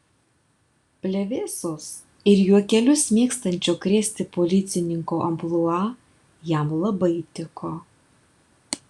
plevėsos ir juokelius mėgstančio krėsti policininko amplua jam labai tiko